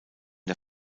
der